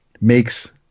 makes